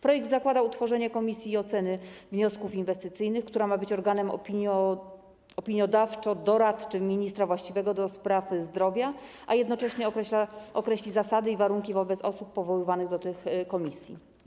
Projekt zakłada utworzenie Komisji Oceny Wniosków Inwestycyjnych, która ma być organem opiniodawczo-doradczym ministra właściwego do spraw zdrowia, a jednocześnie określa zasady i warunki w odniesieniu do osób powoływanych do tej komisji.